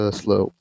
slow